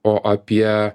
o apie